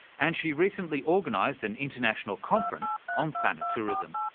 and she recently organised an international conference on thanatourism.